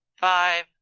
five